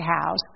House